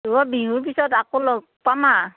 অ' বিহুৰ পিছত আকৌ লগ পাম আ